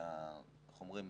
ואיך אומרים,